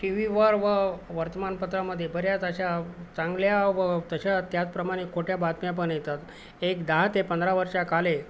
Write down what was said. टीव्हीवर व वर्तमानपत्रामध्ये बऱ्याच अशा चांगल्या व तशा त्याचप्रमाणे खोट्या बातम्यापण येतात एक दहा ते पंधरा वर्षाकाले